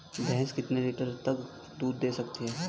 भैंस कितने लीटर तक दूध दे सकती है?